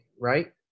right